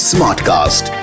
Smartcast